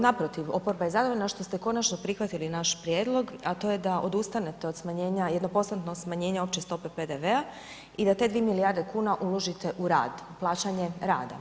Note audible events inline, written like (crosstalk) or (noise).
Naprotiv, oporba je zadovoljna što te konačno prihvatili naš prijedlog a to je da odustanete od smanjenja, jedno ... (unintelligible) smanjenja opće stope PDV-a i da te 2 milijarde kuna uložite u rad i plaćanje rada.